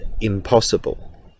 impossible